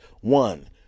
One